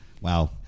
Wow